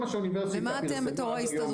מה אתם פועלים בתור ההסתדרות?